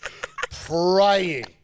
praying